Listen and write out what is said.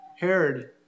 Herod